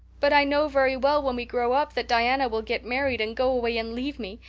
but i know very well when we grow up that diana will get married and go away and leave me.